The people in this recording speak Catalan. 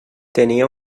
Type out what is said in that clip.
tenia